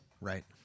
Right